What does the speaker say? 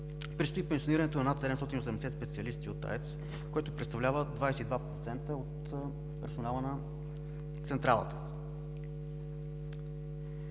предстои пенсионирането на над 780 специалисти от АЕЦ, което представлява 22% от персонала на Централата.